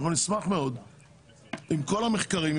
אנחנו נשמח מאוד לכל המחקרים.